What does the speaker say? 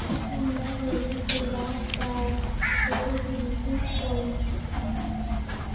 मोला होली तिहार बार ऋण मिलही कौन?